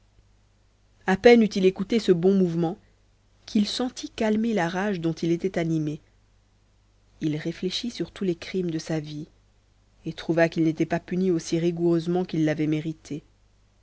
à peine eut-il écouté ce bon mouvement qu'il sentit calmer la rage dont il était animé il réfléchit sur tous les crimes de sa vie et trouva qu'il n'était pas puni aussi rigoureusement qu'il l'avait mérité